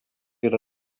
yra